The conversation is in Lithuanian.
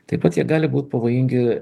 taip pat jie gali būti pavojingi